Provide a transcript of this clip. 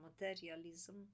materialism